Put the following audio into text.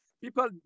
people